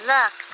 Look